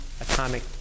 atomic